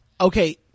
okay